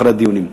אחרי הדיונים.